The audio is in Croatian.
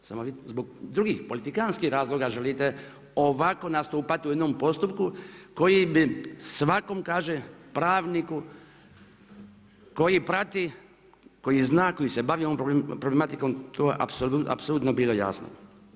Samo vi zbog drugih politikantskih razloga želite ovako nastupati u jednom postupku, koji bi svakom, kaže pravniku koji prati koji zna, koji se bavi ovom problematikom, to apsolutno bilo jasno.